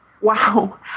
Wow